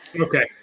Okay